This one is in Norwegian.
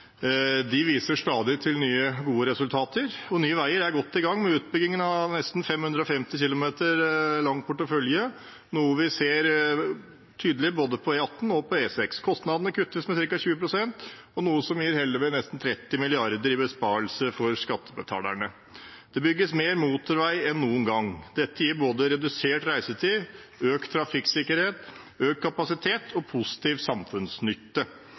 De viser stadig til nye, gode resultater, og Nye Veier er godt i gang med utbyggingen av en nesten 550 km lang portefølje – noe vi ser tydelig på både E18 og E6. Kostnadene kuttes med ca. 20 pst., noe som vil gi hele 30 mrd. kr i besparelse for skattebetalerne. Det bygges mer motorvei enn noen gang. Dette gir både redusert reisetid, økt trafikksikkerhet, økt kapasitet og positiv samfunnsnytte.